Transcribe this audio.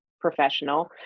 professional